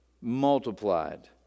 multiplied